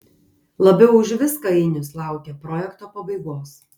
labiau už viską ainius laukia projekto pabaigos